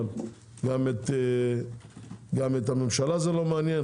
אבל גם את הממשלה זה לא מעניין.